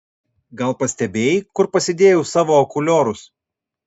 gal pastebėjai kur pasidėjau savo akuliorus